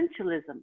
essentialism